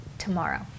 tomorrow